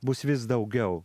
bus vis daugiau